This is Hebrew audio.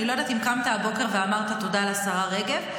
אני לא יודעת אם קמת הבוקר ואמרת תודה לשרה רגב,